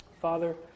Father